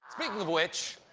speaking of which,